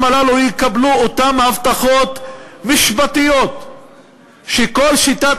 הללו יקבלו את אותן הבטחות משפטיות שכל שיטת